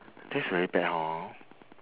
this very bad hor